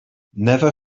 never